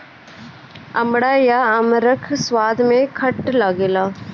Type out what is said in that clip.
अमड़ा या कमरख स्वाद में खट्ट लागेला